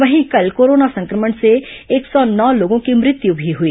वहीं कल कोरोना संक्रमण से एक सौ नौ लोगों की मृत्यू भी हुई